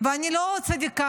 ואני לא צדיקה,